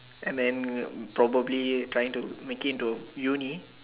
M and probably trying to make it into uni